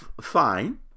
fine